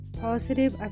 Positive